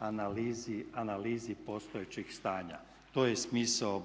analizi postojećeg stanja. To je smisao